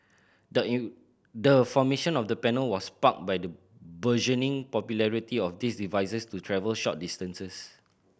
the in the formation of the panel was sparked by the burgeoning popularity of these devices to travel short distances